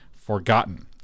forgotten